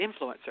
influencer